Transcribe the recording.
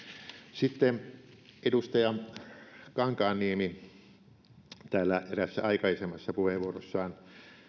sitten edustaja kankaanniemi täällä eräässä aikaisemmassa puheenvuorossaan